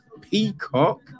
Peacock